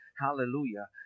Hallelujah